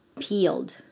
peeled